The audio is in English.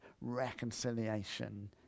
reconciliation